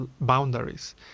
boundaries